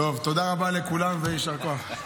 תודה רבה לכולם ויישר כוח.